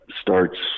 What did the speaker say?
starts